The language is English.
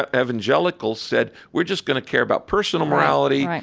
ah evangelicals said, we're just going to care about personal morality, right,